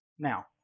Now